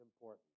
important